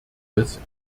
des